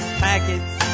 packets